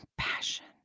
compassion